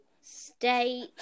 state